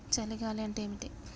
చలి గాలి అంటే ఏమిటి?